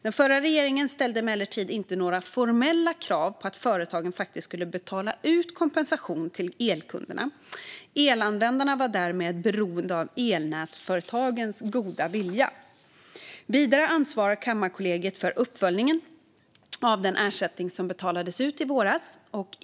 Den förra regeringen ställde emellertid inte några formella krav på att företagen faktiskt skulle betala ut kompensation till elkunderna. Elanvändarna var därmed beroende av elnätsföretagens goda vilja. Vidare ansvarar Kammarkollegiet för uppföljningen av den ersättning som betalades ut i våras.